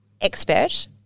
expert